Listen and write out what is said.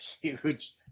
huge –